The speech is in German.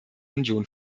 union